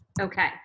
Okay